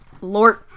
Lord